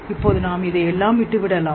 இப்போது நாம் இதையெல்லாம் துலக்கலாம்